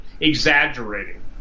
exaggerating